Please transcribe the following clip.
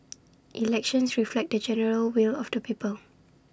elections reflect the general will of the people